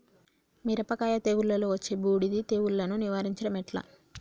మిరపకాయ తెగుళ్లలో వచ్చే బూడిది తెగుళ్లను నివారించడం ఎట్లా?